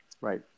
Right